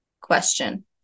question